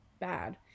bad